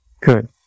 good